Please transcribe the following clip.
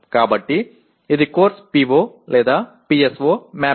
కాబట్టి ఇది course PO PSO mapping